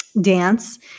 dance